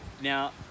now